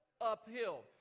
Uphill